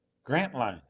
grantline!